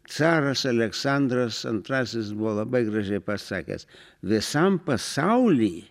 caras aleksandras antrasis buvo labai gražiai pasakęs visam pasauly